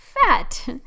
fat